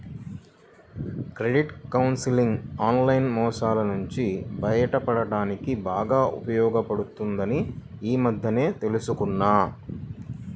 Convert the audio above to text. credit counselling online మోసాల నుంచి బయటపడడానికి బాగా ఉపయోగపడుతుందని ఈ మధ్యనే తెల్సుకున్నా